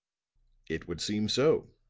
it would seem so.